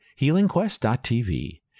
healingquest.tv